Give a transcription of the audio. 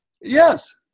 Yes